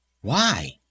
Why